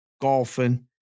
golfing